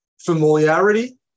familiarity